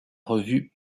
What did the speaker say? revue